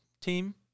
team